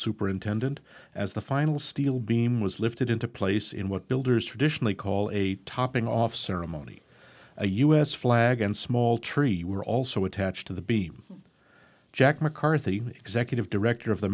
superintendent as the final steel beam was lifted into place in what builders for additionally call a topping off ceremony a u s flag and small tree were also attached to the b jack mccarthy executive director of the